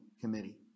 Committee